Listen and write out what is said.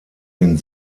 den